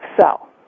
sell